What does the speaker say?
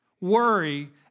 worry